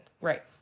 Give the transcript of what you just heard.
Right